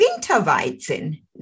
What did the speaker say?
winterweizen